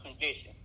condition